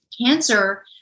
cancer